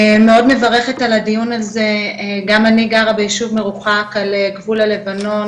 מאוד מברכת על הדיון הזה גם אני גרה ביישוב מרוחק על גבול הלבנון,